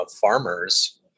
farmers